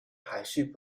排序